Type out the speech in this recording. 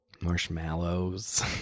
Marshmallows